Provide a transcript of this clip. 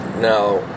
now